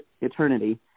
eternity